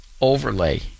overlay